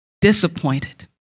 disappointed